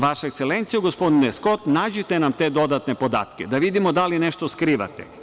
Vaša ekselencijo, gospodine Skot, nađite nam te dodatne podatke, da vidimo da li nešto skrivate.